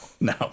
No